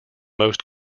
most